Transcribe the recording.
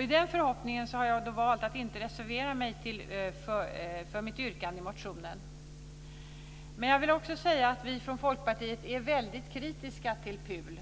I den förhoppningen har jag valt att inte reservera mig för mitt yrkande i motionen. Vi från Folkpartiet är väldigt kritiska till PUL.